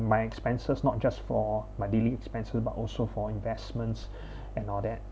my expenses not just for my daily expenses but also for investments and all that